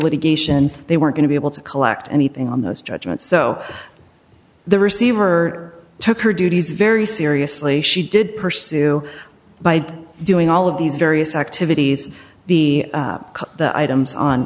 litigation they were going to be able to collect anything on those judgments so the receiver took her duties very seriously she did pursue by doing all of these various activities the items on